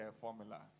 formula